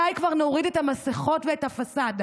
מתי כבר נוריד את המסכות ואת הפסאדה?